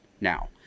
now